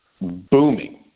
booming